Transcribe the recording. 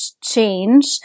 change